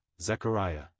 Zechariah